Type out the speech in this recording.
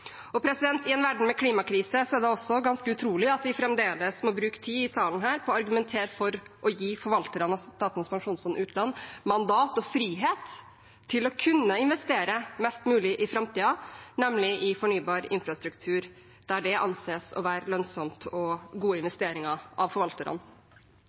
I en verden med klimakrise er det også ganske utrolig at vi fremdeles må bruke tid her i salen på å argumentere for å gi forvalterne av Statens pensjonsfond utland mandat og frihet til å kunne investere mest mulig i framtiden, nemlig i fornybar infrastruktur, der det anses av forvalterne å være lønnsomt og gode